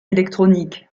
électronique